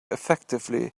effectively